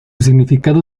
significado